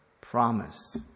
promise